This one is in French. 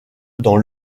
dans